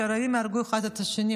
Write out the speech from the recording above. שהערבים יהרגו אחד את השני,